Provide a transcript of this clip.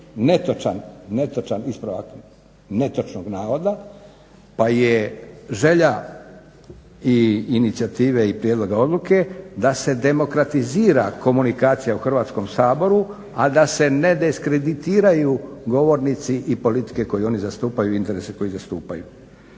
kroz netočan ispravak netočnog navoda pa je želja i inicijative i prijedloga odluke da se demokratizira komunikacija u Hrvatskom saboru, a da se ne diskreditiraju govornici i politike koje oni zastupaju i interese koje zastupaju.